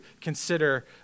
consider